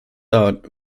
out